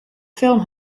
film